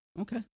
Okay